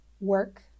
work